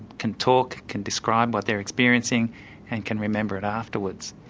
can talk, can describe what they are experiencing and can remember it afterwards.